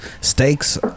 stakes